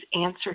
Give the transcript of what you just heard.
answer